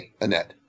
Annette